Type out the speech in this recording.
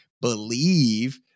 believe